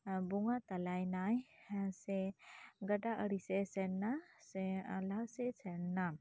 ᱵᱚᱸᱜᱟ ᱛᱟᱞᱟᱭᱮᱱᱟᱭ ᱦᱮᱸ ᱥᱮ ᱜᱟᱰᱟ ᱟᱲᱮ ᱥᱮᱜ ᱮ ᱥᱮᱱ ᱮᱱᱟ ᱥᱮ ᱞᱟᱦᱟᱥᱮᱜ ᱮ ᱥᱮᱱ ᱮᱱᱟ